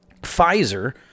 Pfizer